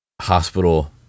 hospital